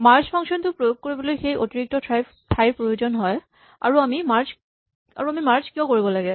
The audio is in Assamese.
মাৰ্জ ফাংচন টো প্ৰয়োগ কৰিবলৈ সেই অতিৰিক্ত ঠাইৰ প্ৰয়োজন হয় আৰু আমি মাৰ্জ কিয় কৰিব লাগে